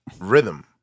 rhythm